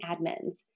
admins